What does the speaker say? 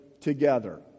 together